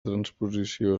transposició